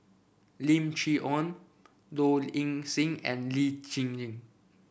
Lim Chee Onn Low Ing Sing and Lee Tjin